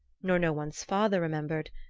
nor no one's father remembered,